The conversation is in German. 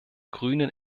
grünen